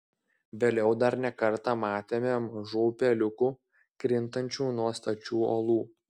vėliau dar ne kartą matėme mažų upeliukų krintančių nuo stačių uolų